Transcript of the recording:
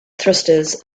thrusters